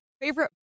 Favorite